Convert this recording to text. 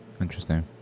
Interesting